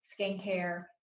skincare